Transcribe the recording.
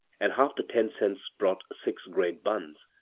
and half the ten cents brought six great buns,